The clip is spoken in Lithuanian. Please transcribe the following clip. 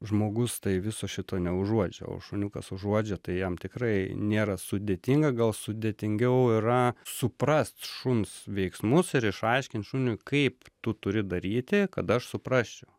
žmogus tai viso šito neužuodžia o šuniukas užuodžia tai jam tikrai nėra sudėtinga gal sudėtingiau yra suprast šuns veiksmus ir išaiškint šuniui kaip tu turi daryti kad aš suprasčiau